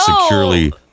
securely